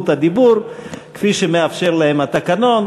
כפי שמאפשר להם התקנון,